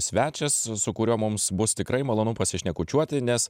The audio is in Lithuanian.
svečias su kuriuo mums bus tikrai malonu pasišnekučiuoti nes